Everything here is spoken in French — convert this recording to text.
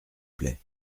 plait